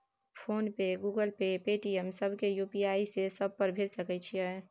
Phone पे, Google Pay, Paytm, सब के UPI से सब पर भेज सके छीयै?